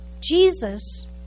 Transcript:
Jesus